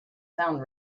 sound